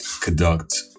conduct